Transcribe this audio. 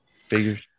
figures